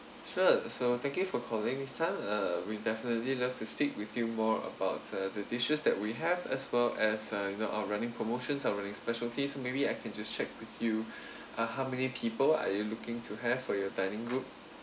sure so thank you for calling miss tan uh we definitely love to speak with you more about uh the dishes that we have as well as uh you know our running promotions our running specialties maybe I can just check with you uh how many people are you looking to have for your dining group